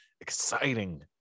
exciting